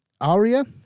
Aria